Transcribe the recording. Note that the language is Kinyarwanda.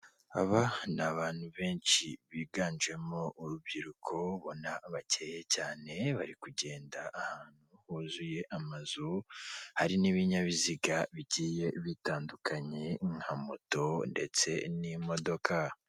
Aba ni abantu benshi biganjemo urubyiruko ubona bakeye cyane, bari kugenda ahantu huzuye amazu hari n'ibinyabiziga bigiye bitandukanye nka moto ndetse n'imodoka.